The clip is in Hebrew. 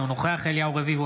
אינו נוכח אליהו רביבו,